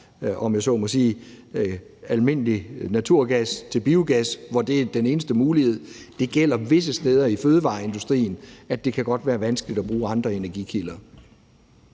om jeg så må sige, almindelig naturgas til biogas, hvor det er den eneste mulighed – så gælder det visse steder i fødevareindustrien, at det godt kan være vanskeligt at bruge andre energikilder.